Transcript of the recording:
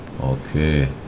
Okay